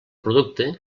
producte